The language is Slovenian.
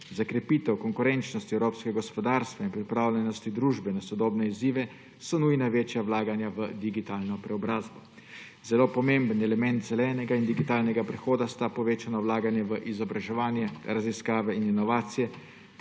Za krepitev konkurenčnosti evropskega gospodarstva in pripravljenost družbe na sodobne izzive so nujna večja vlaganja v digitalno preobrazbo. Zelo pomemben element zelenega in digitalnega prehoda so povečana vlaganja v izobraževanje, raziskave in inovacije